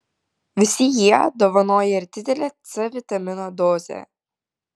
visi jie dovanoja ir didelę c vitamino dozę